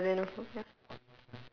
ya xenophobia